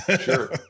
Sure